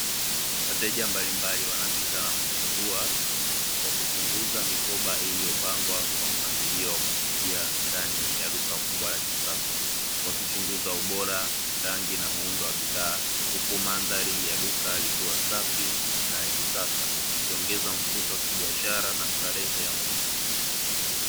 Wateja mbalimbali wanapita na kuchagua kwa kuchunguza mikoba iliyopangwa kwa mpangilio wa kuvutia ndani ya duka kubwa la kisasa. Wakichunguza ubora, rangi na muundo wa bidhaa huku mandhari ya duka likiwa safi na la kisasa, ikiongeza mvuto wa kibiashara na starehe ya ununuzi.